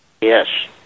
Yes